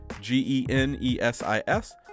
G-E-N-E-S-I-S